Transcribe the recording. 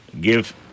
give